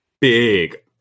Big